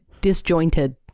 disjointed